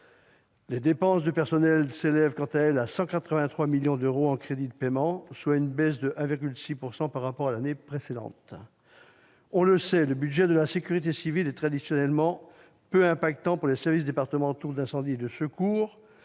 Les dépenses de personnel s'élèvent, quant à elles, à 183 millions d'euros en crédits de paiement, soit une baisse de 1,6 % par rapport à l'année précédente. On le sait, le budget de la sécurité civile affecte traditionnellement peu les services départementaux d'incendie et de secours,